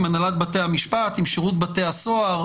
של הנהלת בתי המשפט ושל שירות בתי הסוהר,